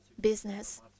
business